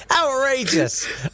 outrageous